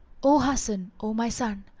o hasan, o my son,